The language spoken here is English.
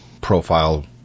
profile